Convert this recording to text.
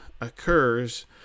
occurs